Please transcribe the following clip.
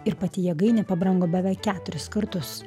ir pati jėgainė pabrango beveik keturis kartus